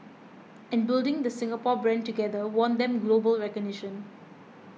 and building the Singapore brand together won them global recognition